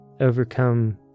overcome